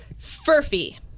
Furfy